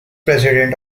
president